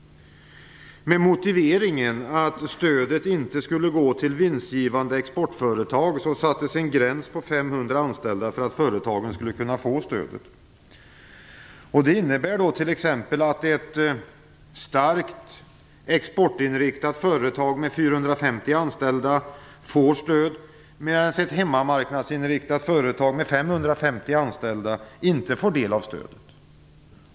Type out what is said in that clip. Med motiveringen att stödet inte skulle gå till vinstgivande exportföretag, sattes en gräns på 500 anställda för att företagen skall få stödet. Det innebär t.ex. att ett starkt exportinriktat företag med 450 anställda får stöd, medan ett hemmamarknadsinriktat företag med 550 anställda inte får del av stödet.